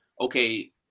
okay